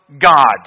God